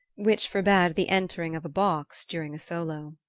which forbade the entering of a box during a solo.